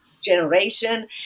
generation